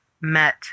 met